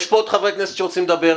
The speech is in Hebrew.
יש פה עוד חברי כנסת שרוצים לדבר,